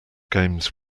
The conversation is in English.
games